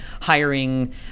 hiring